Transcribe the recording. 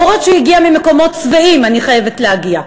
אף שהוא הגיע ממקומות שבעים, אני חייבת להגיד.